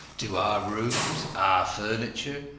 do our rooms, our furniture,